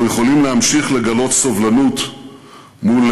אנחנו יכולים להמשיך לגלות סובלנות מול